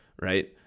right